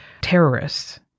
terrorists